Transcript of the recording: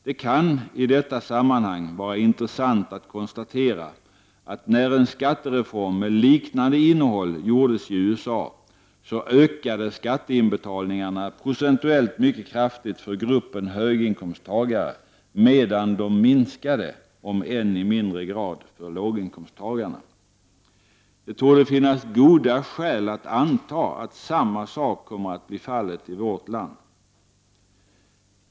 Det kan i detta sammanhang vara intressant att konstatera att när en skattereform med liknande innehåll genomfördes i USA ökade skatteinbetalningarna procentuellt mycket kraftigt för gruppen höginkomsttagare medan de minskade, om än i mindre grad, för låginkomsttagarna. Det torde finnas goda skäl att anta att samma sak kommer att bli fallet i vårt land.